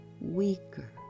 weaker